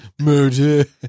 murder